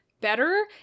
better